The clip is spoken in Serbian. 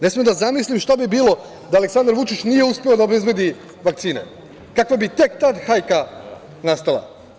Ne smem da zamislim šta bi bilo da Aleksandar Vučić nije uspeo da obezbedi vakcine, kakva bi tek tad hajka nastala.